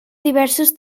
diversos